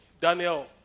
Daniel